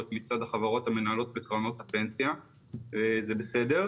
מצד החברות המנהלות לקרנות הפנסיה וזה בסדר,